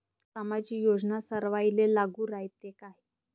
सामाजिक योजना सर्वाईले लागू रायते काय?